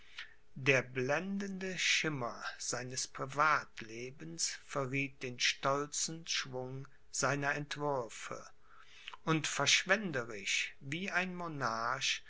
der blendende schimmer seines privatlebens verrieth den stolzen schwung seiner entwürfe und verschwenderisch wie ein